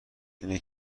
اینه